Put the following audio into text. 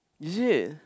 is it